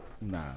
Nah